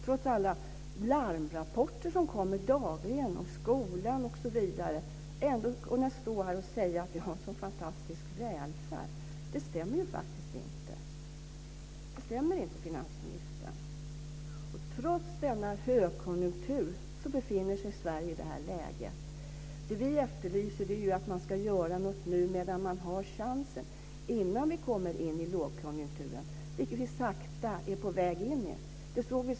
Trots alla larmrapporter som kommer dagligen om skolan osv. står han här och säger att vi har en så fantastisk välfärd. Det stämmer ju faktiskt inte. Trots denna högkonjunktur befinner sig Sverige i det här läget. Det vi efterlyser är att man ska göra något nu medan man har chansen, innan vi kommer in i lågkonjunkturen, som vi sakta är på väg in i.